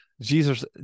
Jesus